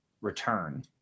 return